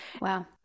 Wow